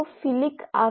coli ഉൾപ്പെടെ E